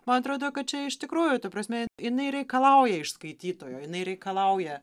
man atrodo kad čia iš tikrųjų ta prasme jinai reikalauja iš skaitytojo jinai reikalauja